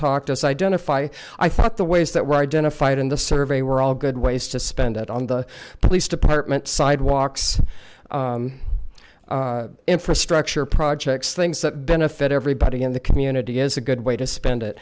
identify i thought the ways that were identified in the survey were all good ways to spend it on the police department sidewalks infrastructure projects things that benefit everybody in the community is a good way to spend it